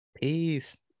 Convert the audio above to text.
Peace